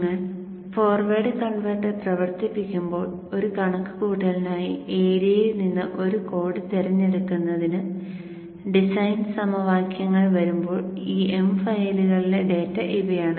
നിങ്ങൾ forward converter പ്രവർത്തിപ്പിക്കുമ്പോൾ ഒരു കണക്കുകൂട്ടലിനായി ഏരിയയിൽ നിന്ന് ഒരു കോഡ് തിരഞ്ഞെടുക്കുന്നതിന് ഡിസൈൻ സമവാക്യങ്ങൾ വരുമ്പോൾ ഈ m ഫയലുകളിലെ ഡാറ്റ ഇവയാണ്